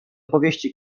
powieści